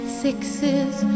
sixes